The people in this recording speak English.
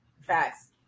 Facts